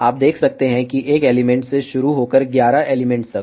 आप देख सकते हैं कि एक एलिमेंट से शुरू होकर ग्यारह एलिमेंट्स तक